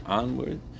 onward